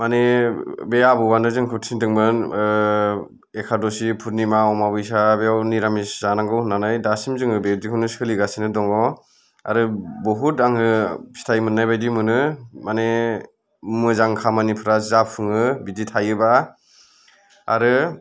माने बे आबौआनो जोंखौ थिनदोंमोन ओ एखादसि पुरनिमा अमाबैसा बेयाव निरामिस जानांगौ होननानै दासिम जोङो बेदिखौनो सोलिगासिनो दङ आरो बहुथ आङो फिथाय मोननाय बादि मोनो माने मोजां खामानिफ्रा जाफुङो बिदि थायोबा आरो